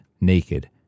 naked